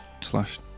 slash